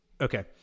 okay